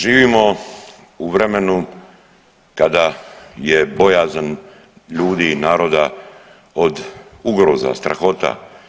Živimo u vremenu kada je bojazan ljudi i naroda od ugroza, strahota.